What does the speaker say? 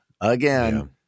again